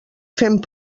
fent